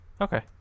okay